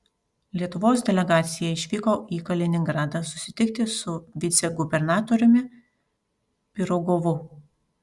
lietuvos delegacija išvyko į kaliningradą susitikti su vicegubernatoriumi pirogovu